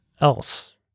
else